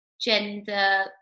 gender